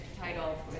title